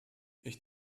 ich